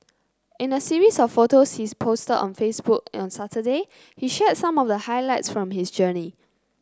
in a series of photos he posted on Facebook on Saturday he shared some of the highlights from his journey